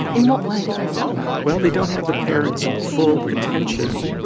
in what way do they suffer? well they don't have the parent's full attention.